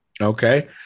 Okay